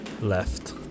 left